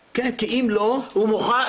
סיוע מכוח סעיף 3 לחוק הסמכת שירות הביטחון